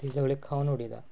ते सगळे खावन उडयता